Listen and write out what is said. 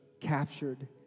captured